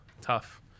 tough